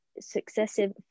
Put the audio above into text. successive